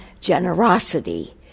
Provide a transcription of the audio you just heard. generosity